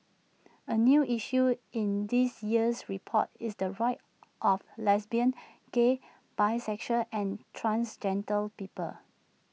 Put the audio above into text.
A new issue in this year's report is the rights of lesbian gay bisexual and transgender people